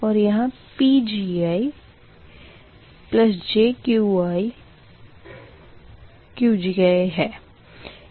और यहाँ PgijQqi है